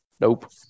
nope